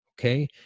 okay